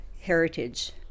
heritage